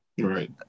Right